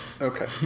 okay